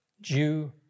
Jew